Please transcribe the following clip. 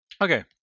Okay